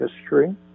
history